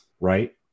right